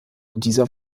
dieser